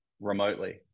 remotely